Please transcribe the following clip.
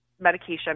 medication